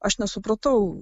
aš nesupratau